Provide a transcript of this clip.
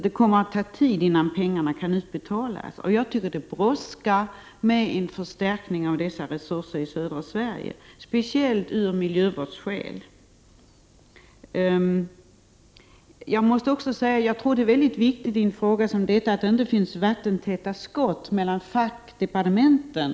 Det kommer alltså att ta tid innan pengarna kan utbetalas. Men jag anser att det brådskar med en förstärkning av resurserna till södra Sverige, speciellt av miljövårdsskäl. Jag tror också att det är mycket viktigt att det i frågor av detta slag inte finns vattentäta skott mellan fackdepartementen.